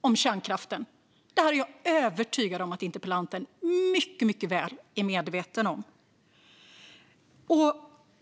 om kärnkraften i det här landet. Jag är övertygad om att interpellanten är mycket väl medveten om detta.